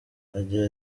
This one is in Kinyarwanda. agira